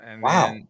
Wow